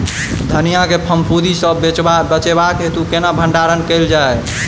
धनिया केँ फफूंदी सऽ बचेबाक हेतु केना भण्डारण कैल जाए?